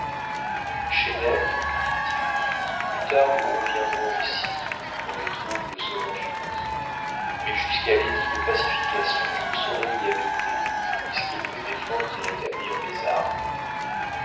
interjections chesnel dit-il plus tard nous reviendrons ici quand les troubles seront finis mais jusqu'à l'édit de pacification je ne saurais y habiter puisqu'ils me défendent d'y rétablir mes armes